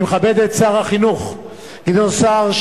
אני מכבד את שר החינוך גדעון סער,